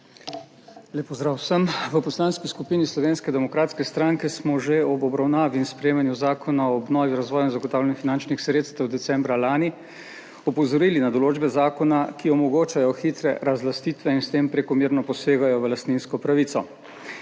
Lep pozdrav vsem. V Poslanski skupini Slovenske demokratske stranke smo že ob obravnavi in sprejemanju Zakona o obnovi, razvoju in zagotavljanju finančnih sredstev decembra lani opozorili na določbe zakona, ki omogočajo hitre razlastitve in s tem prekomerno posegajo v lastninsko pravico.